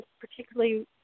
particularly